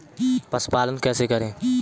पशुपालन कैसे करें?